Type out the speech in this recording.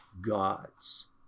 gods